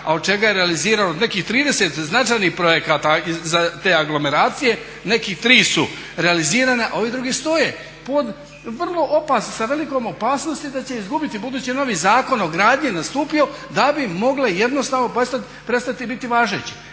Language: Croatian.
a od čega je realizirano od nekih 30 značajnih projekata za te aglomeracije, neki tri su realizirane ovi drugi stoje pod vrlo opasni, sa velikom opasnosti da će izgubiti budući je novi Zakon o gradnji nastupio da bi mogle jednostavno prestati biti važeće.